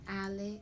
Alex